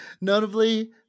Notably